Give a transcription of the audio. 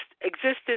existence